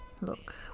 Look